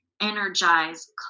energize